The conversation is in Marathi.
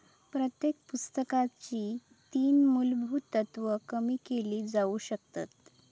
प्रत्येक पुस्तकाची तीन मुलभुत तत्त्वा कमी केली जाउ शकतत